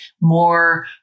more